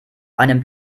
einem